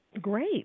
Great